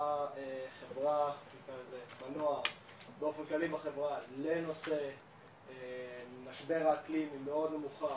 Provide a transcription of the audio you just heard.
בחברה בקרב הנוער ובאופן כללי בחברה לנושא משבר האקלים היא מאוד נמוכה,